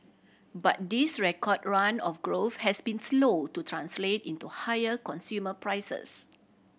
but this record run of growth has been slow to translate into higher consumer prices